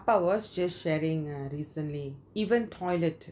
அப்பா:appa was just sharing uh recently even toilet